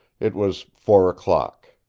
it was four o'clock.